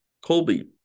colby